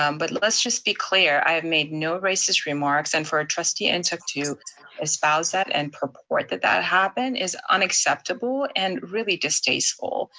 um but let's just be clear. i have made no racist remarks, and for trustee and ntuk to espouse that, and report that that happened is unacceptable and really distasteful.